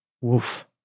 Woof